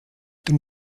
dem